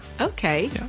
Okay